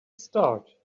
start